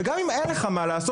וגם אם אין לך מה לעשות,